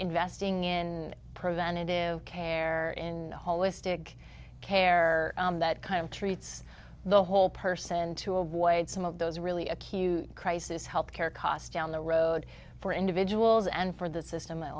investing in preventive care in a holistic care that kind of treats the whole person to avoid some of those really acute crisis health care costs down the road for individuals and for the system a